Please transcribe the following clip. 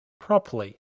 properly